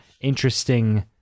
interesting